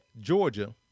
Georgia